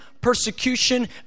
persecution